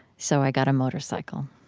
so i got a motorcycle.